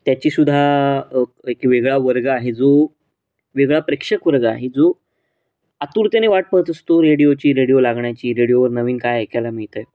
त्याची सुद्धा एक वेगळा वर्ग आहे जो वेगळा प्रेक्षक वर्ग आहे जो आतुरतेने वाट पाहत असतो रेडिओची रेडिओ लागण्याची रेडिओवर नवीन काय ऐकायला मिळत आहे